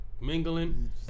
Mingling